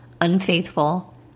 unfaithful